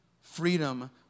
freedom